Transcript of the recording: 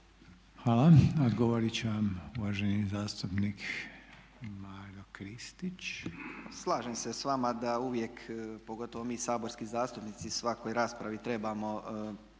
vam. Odgovoriti će vam uvaženi zastupnik Maro Kristić. **Kristić, Maro (MOST)** Slažem se s vama da uvijek, pogotovo mi saborski zastupnici, svakoj raspravi trebamo